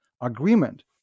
agreement